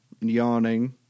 yawning